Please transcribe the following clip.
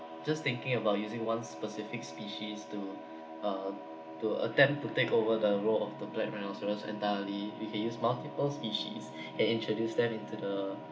just thinking about using one specific species to uh to attempt to take over the role of the black rhinoceros entirely we can use multiple species and introduce them into the